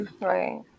Right